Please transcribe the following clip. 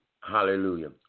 Hallelujah